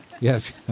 Yes